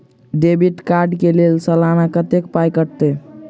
Debit card कऽ लेल सलाना कत्तेक पाई कटतै?